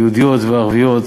היהודיות והערביות,